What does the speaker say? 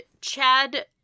chad